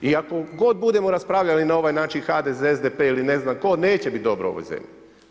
I ako god budemo raspravljali na ovaj način, HDZ, SDP ili ne znam tko, neće biti dobro u ovoj zemlji.